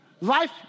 Life